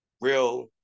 real